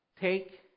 Take